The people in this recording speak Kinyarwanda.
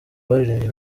baririmbye